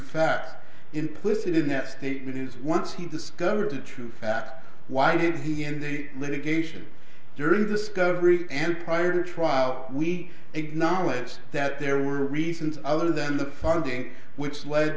facts implicit in that statement is once he discovered the true fact why did he end it litigation during discovery and prior to trial we acknowledge that there were reasons other than the funding which led